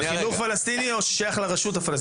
של חינוך פלסטיני או ששייך לרשות הפלסטיני?